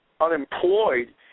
unemployed